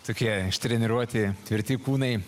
tokie ištreniruoti tvirti kūnai